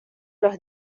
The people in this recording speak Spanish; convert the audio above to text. los